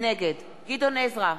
נגד גדעון עזרא,